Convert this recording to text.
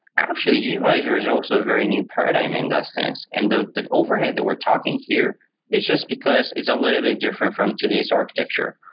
actually, yeah gvisor is also a very new paradigm in that sense. and the the overhead that we're talking here is just because it's a little bit different from today's architecture,